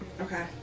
Okay